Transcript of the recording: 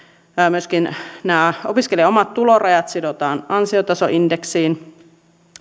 myöskin nämä opiskelijan omat tulorajat sidotaan ansiotasoindeksiin